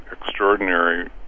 extraordinary